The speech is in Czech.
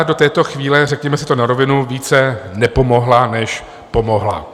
Vláda do této chvíle, řekněme si to na rovinu, více nepomohla než pomohla.